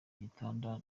gitanda